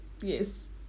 yes